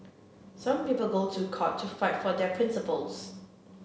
some people go to court to fight for their principles